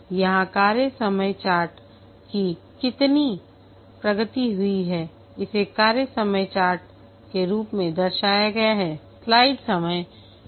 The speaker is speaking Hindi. यहां कार्य समय चार्ट की कितनी प्रगति हुई है इसे कार्य समय चार्ट के रूप में दर्शाया गया है